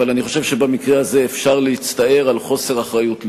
אבל אני חושב שבמקרה הזה אפשר להצטער על חוסר אחריות לאומית.